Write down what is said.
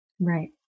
Right